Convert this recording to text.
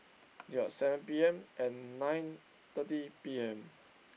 ya seven P_M and nine thirty P_M